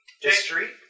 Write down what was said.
History